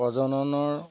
প্ৰজননৰ